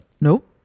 Nope